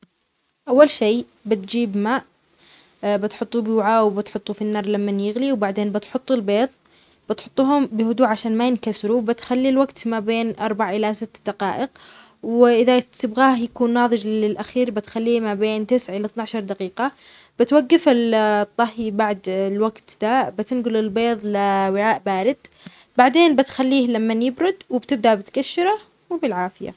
أول شي بتجيب ماء بتحطو بوعاء وبتحطو في النار لمن يغلي، وبعدين بتحطو البيظ بتحطوهم بهدو عشان ما ينكسرو بتخلي الوقت ما بين أربع إلى ست دقائق وإذا تبغى هيكون ناظج للأخير بتخليه ما بين تسع إلى إثناعش دقيقة بتوقف الطهي بعد الوقت ذا بتنقل البيظ لوعاء بارد، بعدين بتخليه لمن يبرد، وبتبدأ بتكشرة وبالعافية.